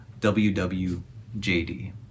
WWJD